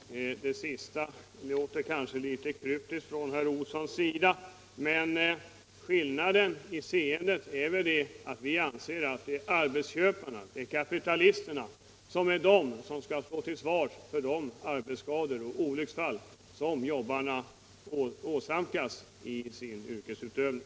Herr talman! Det sista herr Olsson sade låter kanske litet kryptiskt, men skillnaden i åsikterna är väl att vi inser att det är arbetsköparna, kapitalisterna, som skall stå till svars för de arbetsskador och olycksfall som jobbarna åsamkas i sin yrkesutövning.